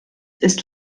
ist